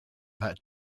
that